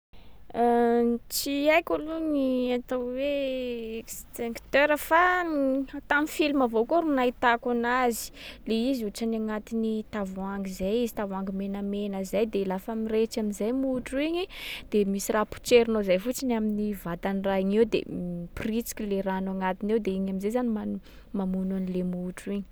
Tsy haiko aloha gny atao hoe extincteur fa m- tam'film avao koa ro nahitako anazy. Le izy ohatsiny agnatin’ny tavoangy zay izy, tavoangy menamena zay. De lafa mirehitsy am’zay motro igny, de misy raha potserinao zay fotsiny amin’ny vatan’ny raha iny eo de miporitsiky le rano agnatiny ao de igny am’zay zany ma- mamono an’le motro igny.